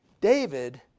David